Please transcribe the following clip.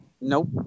nope